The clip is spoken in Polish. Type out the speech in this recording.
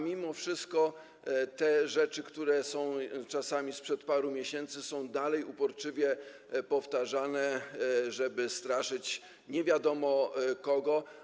Mimo wszystko rzeczy, które są czasami sprzed paru miesięcy, dalej są uporczywie powtarzane, żeby straszyć nie wiadomo kogo.